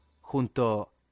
junto